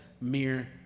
mere